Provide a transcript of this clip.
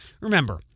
remember